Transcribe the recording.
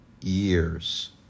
years